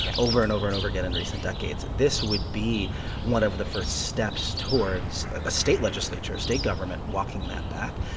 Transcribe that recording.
and over and over and over again in recent decades. this would be one of the first steps towards a state legislature, a state government walking that back.